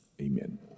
Amen